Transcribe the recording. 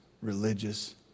religious